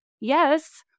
yes